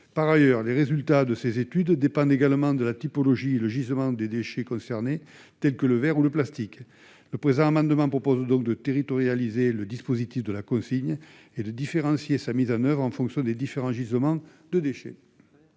Par ailleurs, les résultats de ces études dépendent également de la typologie et du gisement des déchets concernés, tels que le verre ou le plastique. Le présent amendement a donc pour objet de territorialiser le dispositif de la consigne et de différencier sa mise en oeuvre en fonction des différents gisements de déchets.